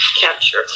capture